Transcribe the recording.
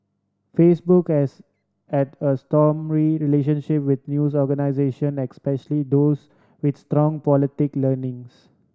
Facebook has had a stormy relationship with news organisation especially those with strong politic leanings